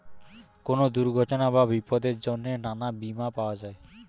কোন দুর্ঘটনা বা বিপদের জন্যে নানা বীমা পাওয়া যায়